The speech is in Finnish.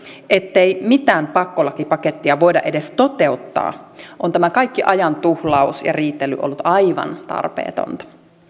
ettei mitään pakkolakipakettia voida edes toteuttaa on tämä kaikki ajan tuhlaus ja riitely ollut aivan tarpeetonta